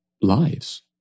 lives